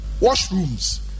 washrooms